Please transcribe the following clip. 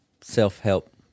self-help